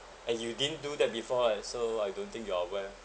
and you didn't do that before right so I don't think you're aware